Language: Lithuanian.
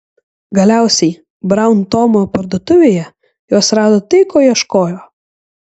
galiausiai braun tomo parduotuvėje jos rado tai ko ieškojo